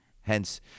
Hence